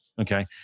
okay